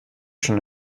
schon